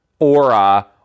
Aura